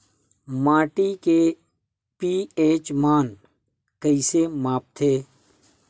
माटी के पी.एच मान कइसे मापथे?